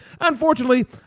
Unfortunately